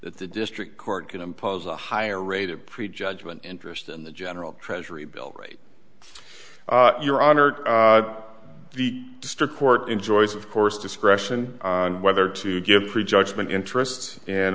that the district court can impose a higher rate of pre judgement interest in the general treasury bill great your honor the district court enjoys of course discretion on whether to give prejudgment interests and